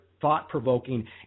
thought-provoking